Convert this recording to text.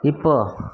இப்போது